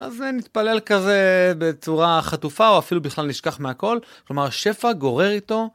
אז נתפלל כזה בצורה חטופה, או אפילו בכלל נשכח מהכל. כלומר, שפע גורר איתו.